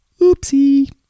Oopsie